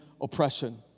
oppression